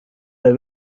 der